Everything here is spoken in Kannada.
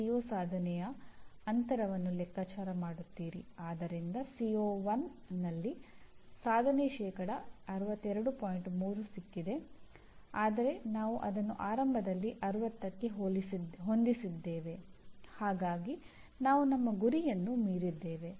3 ಸಿಕ್ಕಿದೆ ಆದರೆ ನಾವು ಅದನ್ನು ಆರಂಭದಲ್ಲಿ 60ಕ್ಕೆ ಹೊಂದಿಸಿದ್ದೇವೆ ಹಾಗಾಗಿ ನಾವು ನಮ್ಮ ಗುರಿಯನ್ನು ಮೀರಿದ್ದೇವೆ